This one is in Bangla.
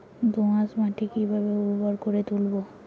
দোয়াস মাটি কিভাবে উর্বর করে তুলবো?